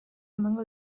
emango